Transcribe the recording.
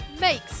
makes